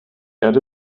erde